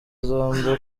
zombi